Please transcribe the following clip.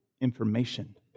information